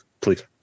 please